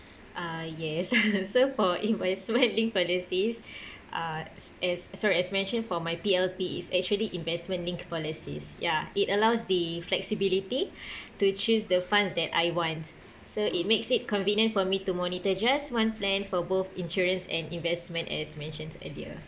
uh yes so for investment linked policies uh as sorry as mentioned for my P_L_P is actually investment linked policies ya it allows the flexibility to choose the funds that I want so it makes it convenient for me to monitor just one plan for both insurance and investment as mentioned earlier